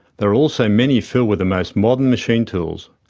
there are also many filled with the most modern machine tools.